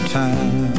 time